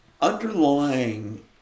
underlying